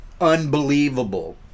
unbelievable